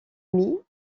amies